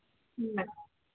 ꯎꯝ